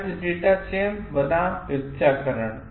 वैध डेटा चयन बनाम मिथ्याकरण